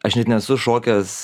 aš net nesu šokęs